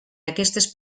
aquestes